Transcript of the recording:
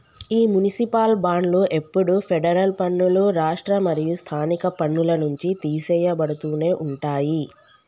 ఈ మునిసిపాల్ బాండ్లు ఎప్పుడు ఫెడరల్ పన్నులు, రాష్ట్ర మరియు స్థానిక పన్నుల నుంచి తీసెయ్యబడుతునే ఉంటాయి